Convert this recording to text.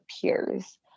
peers